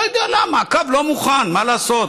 לא יודע למה, הקו לא מוכן, מה לעשות.